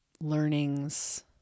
learnings